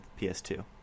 PS2